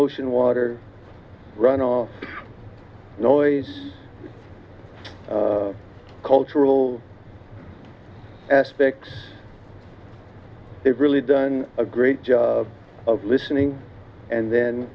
ocean water runoff noice cultural aspects they've really done a great job of listening and then